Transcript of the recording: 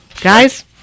guys